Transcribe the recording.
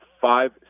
five